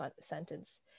sentence